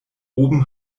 oben